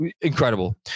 incredible